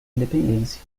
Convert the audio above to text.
independência